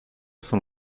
von